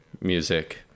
Music